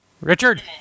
Richard